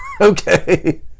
Okay